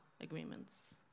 agreements